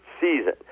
season